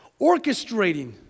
orchestrating